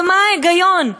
ומה ההיגיון?